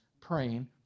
praying